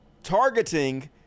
targeting